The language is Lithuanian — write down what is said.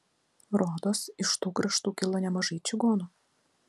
rodos iš tų kraštų kilo nemažai čigonų